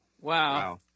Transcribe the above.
Wow